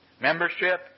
membership